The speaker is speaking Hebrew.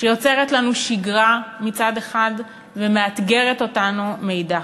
שיוצרת לנו שגרה מצד אחד ומאתגרת אותנו מצד שני,